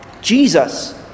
Jesus